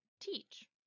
teach